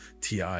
ti